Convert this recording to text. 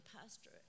pastor